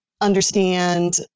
understand